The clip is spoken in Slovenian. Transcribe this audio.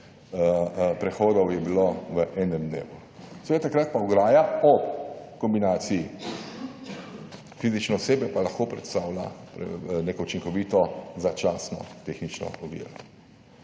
prehodov je bilo v enem dnevu. Seveda takrat pa ograja ob kombinaciji fizične osebe pa lahko predstavlja neko učinkovito začasno tehnično oviro.